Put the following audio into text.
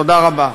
תודה רבה.